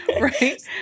Right